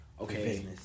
okay